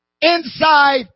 inside